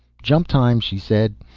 jump time, she said.